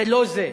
זה לא זה.